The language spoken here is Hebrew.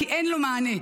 כי אין לו מענה.